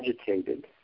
agitated